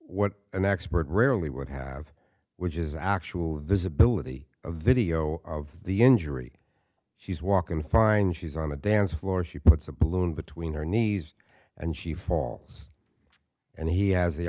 what an expert rarely would have which is actual visibility a video of the injury she's walking to find she's on the dance floor she puts a balloon between her knees and she falls and he has the